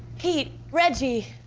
pete, reggie,